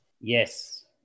Yes